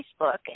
facebook